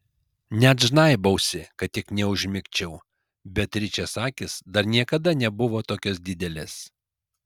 net žnaibausi kad tik neužmigčiau beatričės akys dar niekada nebuvo tokios didelės